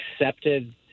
accepted